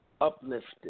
uplifted